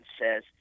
says